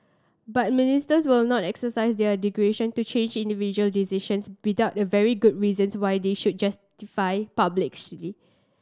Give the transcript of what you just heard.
but Ministers will not exercise their discretion to change individual decisions without very good reasons why they should justify publicly